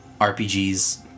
RPGs